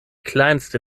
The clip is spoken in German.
kleinste